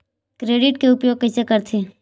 Credit के उपयोग कइसे करथे?